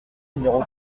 numéro